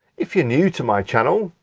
if you're new to my channel,